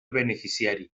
beneficiari